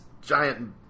giant